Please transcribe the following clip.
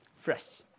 fresh